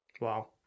wow